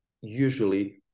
usually